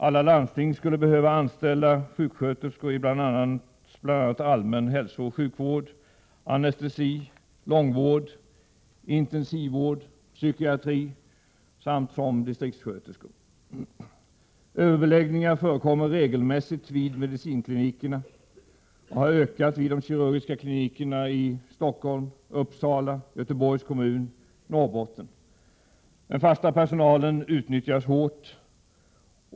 Alla landsting skulle behöva anställa sjuksköterskor i bl.a. allmän hälsooch sjukvård, anestesi, långvård, intensivvård, psykiatri samt som distriktssköterskor. Överbeläggningar förekommer regelmässigt vid medicinklinikerna och har ökat vid de kirurgiska klinikerna i Stockholm, Uppsala och Göteborgs kommuner samt Norrbotten. Den fasta personalen utnyttjas hårt.